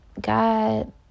God